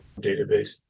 database